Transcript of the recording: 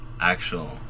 actual